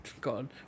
God